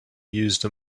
use